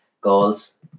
goals